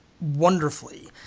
wonderfully